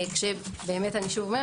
שוב,